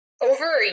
over